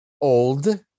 old